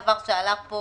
דבר שעלה פה